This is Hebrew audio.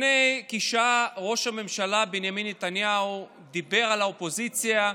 לפני כשעה ראש הממשלה בנימין נתניהו דיבר על האופוזיציה,